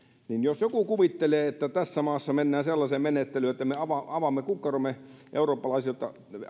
niin jos joku kuvittelee että tässä maassa mennään sellaiseen menettelyyn että me avaamme kukkaromme eurooppalaisille